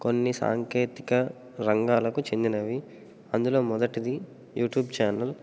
కొన్ని సాంకేతిక రంగాలకు చెందినవి అందులో మొదటిది యూట్యూబ్ ఛానల్